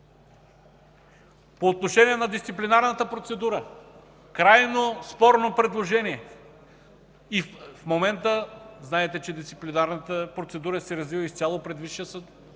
По отношение на дисциплинарната процедура – крайно спорно предложение. В момента знаете, че дисциплинарната процедура се развива изцяло пред